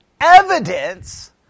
evidence